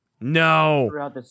No